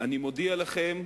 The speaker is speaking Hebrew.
אני מודיע לכם: